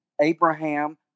Abraham